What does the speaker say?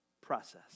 process